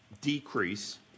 decrease